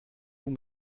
vous